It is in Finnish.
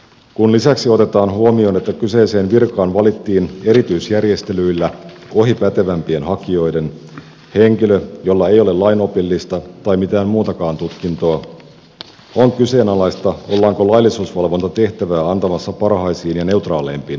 kun lisäksi otetaan huomioon että kyseiseen virkaan valittiin erityisjärjestelyillä ohi pätevämpien hakijoiden henkilö jolla ei ole lainopillista tai mitään muutakaan tutkintoa on kyseenalaista ollaanko laillisuusvalvontatehtävää antamassa parhaisiin ja neutraaleimpiin mahdollisiin käsiin